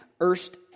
Erst